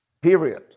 period